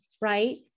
right